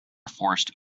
forced